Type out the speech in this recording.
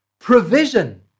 Provision